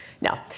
No